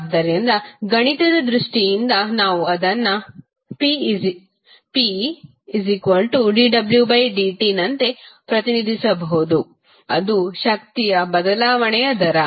ಆದ್ದರಿಂದ ಗಣಿತದ ದೃಷ್ಟಿಯಿಂದ ನಾವು ಅದನ್ನು p≜dwdt ನಂತೆ ಪ್ರತಿನಿಧಿಸಬಹುದು ಅದು ಶಕ್ತಿಯ ಬದಲಾವಣೆಯ ದರ